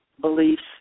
beliefs